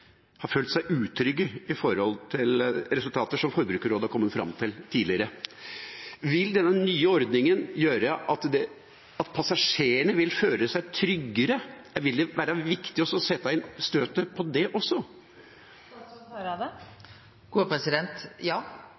har følt seg utrygge ifølge resultater som Forbrukerrådet har kommet fram til tidligere. Vil denne nye ordningen gjøre at passasjerene vil føle seg tryggere? Vil det være viktig å sette inn støtet på det også?